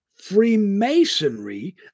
Freemasonry